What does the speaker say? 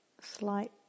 Slight